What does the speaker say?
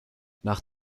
nach